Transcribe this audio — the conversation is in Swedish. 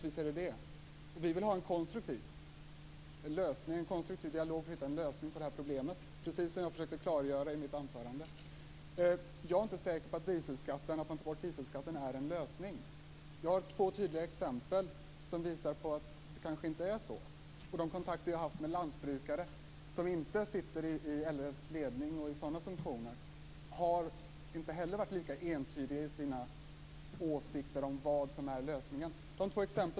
Visst, men vi vill ha en konstruktiv dialog och en lösning på problemet, precis som jag försökte klargöra i mitt anförande. Jag är inte säker på att det är en lösning att ta bort dieselskatten. Jag har två tydliga exempel från verkligheten som visar att det kanske inte är så. Jag har haft kontakt med lantbrukare som inte sitter i LRF:s ledning och i sådana funktioner. De har inte heller varit lika entydiga i sina åsikter om vad som är lösningen.